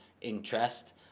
interest